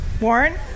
Warren